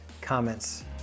comments